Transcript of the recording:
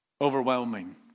overwhelming